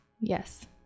yes